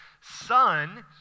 son